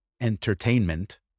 entertainment